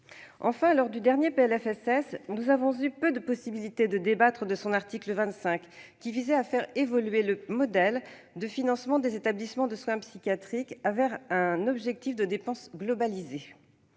Enfin, lors du dernier PLFSS, nous avons eu peu de possibilités de débattre de l'article 25 du texte, qui visait à faire évoluer le modèle de financement des établissements de soins psychiatriques vers un objectif de dépenses globalisées.